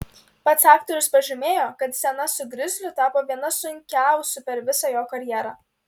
pats aktorius pažymėjo kad scena su grizliu tapo viena sunkiausių per visą jo karjerą